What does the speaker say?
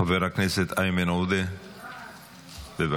חבר הכנסת איימן עודה, בבקשה.